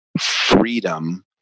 freedom